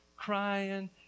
crying